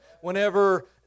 Whenever